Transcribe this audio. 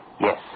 Yes